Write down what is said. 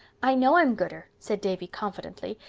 i know i'm gooder, said davy confidently,